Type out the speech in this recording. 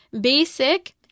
basic